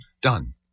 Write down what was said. done